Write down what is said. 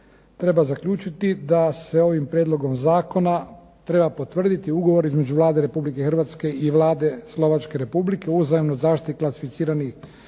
treba zaključiti da se ovim prijedlogom zakona treba potvrditi Ugovor između Vlade Republike Hrvatske i Vlade Slovačke Republike o uzajamnoj zaštiti klasificiranih